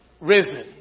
risen